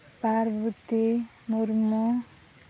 Parbati Murmu